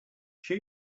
show